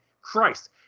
Christ